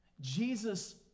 Jesus